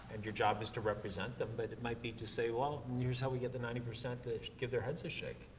and your job is to represent them, but it might just be to say, well, and here's how we get the ninety percent to give their heads a shake.